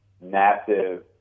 massive